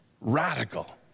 Radical